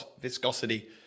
viscosity